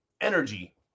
Energy